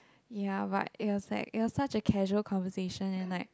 ya but it was like it was such a casual conversation and like